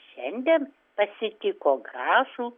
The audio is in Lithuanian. šiandien pasitiko gražų